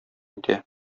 итә